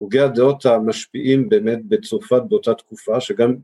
הוגי הדעות המשפיעים באמת בצרפת באותה תקופה שגם